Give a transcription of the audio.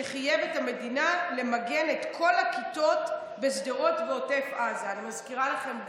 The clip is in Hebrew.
שחייב את המדינה למגן את כל הכיתות בשדרות ועוטף עזה?" אני מזכירה לכם,